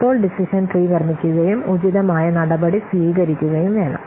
ഇപ്പോൾ decision tree നിർമ്മിക്കുകയും ഉചിതമായ നടപടി സ്വീകരിക്കുകയും വേണം